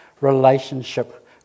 relationship